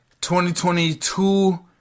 2022